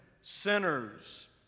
sinners